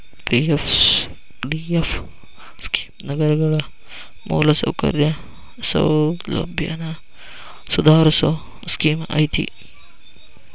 PFDF scheme ನಗರಗಳ ಮೂಲಸೌಕರ್ಯ ಸೌಲಭ್ಯನ ಸುಧಾರಸೋ ಸ್ಕೇಮ್ ಐತಿ